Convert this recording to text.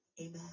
Amen